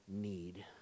need